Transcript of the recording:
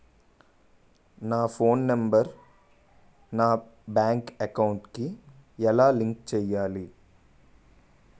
నా phone number నా bank account కి ఎలా లింక్ చేయాలి?